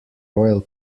royal